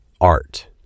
Art